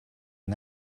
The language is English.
and